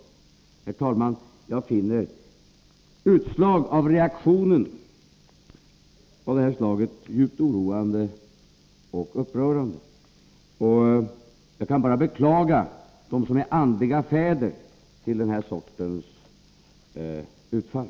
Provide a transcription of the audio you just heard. Herr talman! Jag finner utslag av reaktioner av det här slaget djupt oroande och upprörande. Jag kan bara beklaga dem som är andliga fäder till den sortens utfall.